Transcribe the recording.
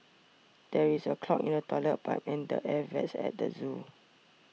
there is a clog in the Toilet Pipe and the Air Vents at the zoo